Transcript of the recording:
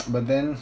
but then